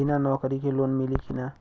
बिना नौकरी के लोन मिली कि ना?